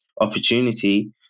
opportunity